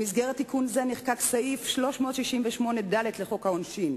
במסגרת תיקון זה נחקק סעיף 368ד לחוק העונשין,